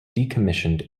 decommissioned